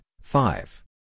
five